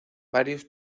varios